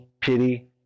pity